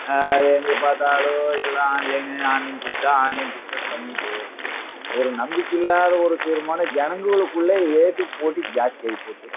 எங்கே பார்த்தாலும் எல்லாம் ஆன்லைனு ஆன்லைன் சிஸ்ட்டோம் ஆன்லைன் சிஸ்ட்டோம்னு பண்ணிட்டு ஒரு நம்பிக்கை இல்லாத ஒரு தீர்மானம் ஜனங்களுக்குள்ளெ ஏட்டிக்கு போட்டி ஜாஸ்தியாகி போச்சு